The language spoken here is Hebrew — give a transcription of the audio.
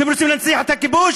שהם רוצים להנציח את הכיבוש,